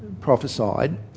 prophesied